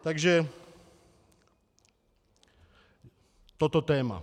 Takže toto téma.